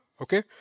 Okay